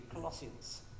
Colossians